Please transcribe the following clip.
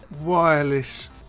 wireless